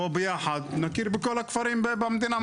בוא ביחד נכיר בכל הכפרים במדינה.